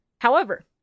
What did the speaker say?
However-